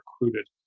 recruited